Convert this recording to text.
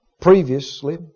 previously